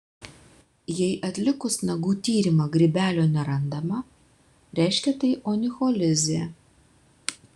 jei atlikus nagų tyrimą grybelio nerandama reiškia tai onicholizė